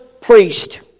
priest